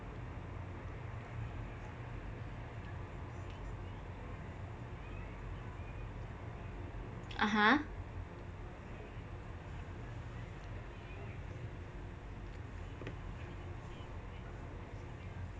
(uh huh)